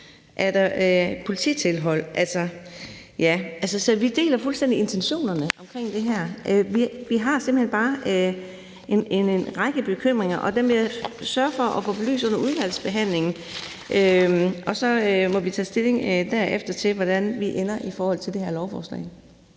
Er der polititilhold? Så vi deler fuldstændig intentionerne omkring det her. Vi har simpelt hen bare en række bekymringer, og dem vil jeg sørge for at få belyst under udvalgsbehandlingen. Og så må vi derefter tage stilling til, hvordan vi ender i forhold til det her lovforslag.